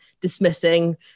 dismissing